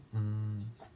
mm